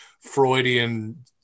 Freudian